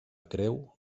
creu